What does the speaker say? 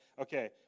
Okay